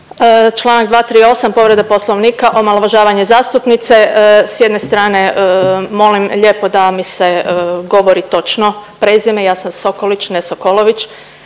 Čl. 238. povreda Poslovnika, omalovažavanje zastupnice, s jedne strane molim lijepo da mi se govori točno prezime, ja sam Sokolić, ne Sokolović,